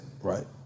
right